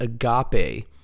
agape